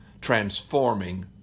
transforming